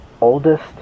oldest